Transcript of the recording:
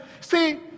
See